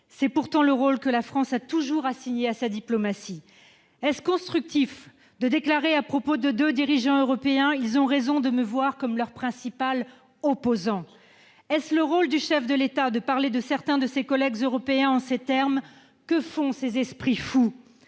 C'est pourtant le rôle que la France a toujours assigné à sa diplomatie. Est-il constructif de déclarer à propos de deux dirigeants européens :« Ils ont raison de me voir comme leur principal opposant »? Est-ce le rôle du chef de l'État de parler de certains de ses collègues européens en ces termes :« Que font ces esprits fous »